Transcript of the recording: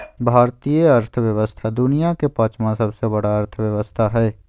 भारतीय अर्थव्यवस्था दुनिया के पाँचवा सबसे बड़ा अर्थव्यवस्था हय